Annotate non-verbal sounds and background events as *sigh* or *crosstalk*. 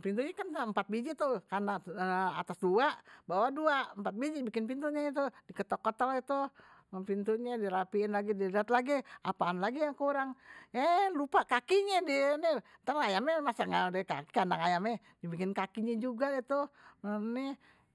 pintunye kan empat biji tuh atas dua bawah dua, empat biji dia bikin pintu tuh, diketok ketok deh tuh pintunye dirapihin, dilihat lagi apaan yang kurang eh lupa kakinye *hesitation* ntar ayamnye masa ga ada kakinye kendang ayamnye kakinye juga deh tuh. *hesitation*